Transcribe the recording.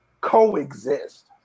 coexist